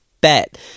Bet